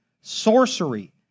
sorcery